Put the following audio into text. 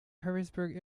harrisburg